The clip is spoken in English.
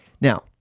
Now